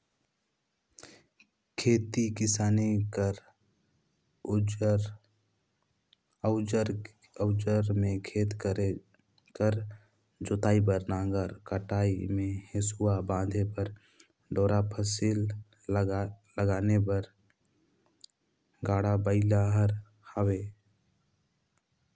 खेती किसानी कर अउजार मे खेत कर जोतई बर नांगर, कटई मे हेसुवा, बांधे बर डोरा, फसिल लाने बर गाड़ा बइला हर हवे